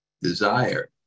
desire